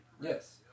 Yes